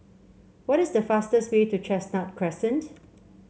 what is the fastest way to Chestnut Crescent